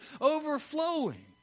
overflowing